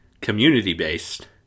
community-based